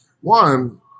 one